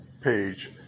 page